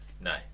no